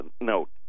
note